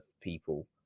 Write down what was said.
people